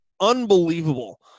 Unbelievable